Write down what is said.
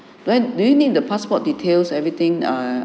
when do you need the passport details everything err